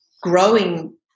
growing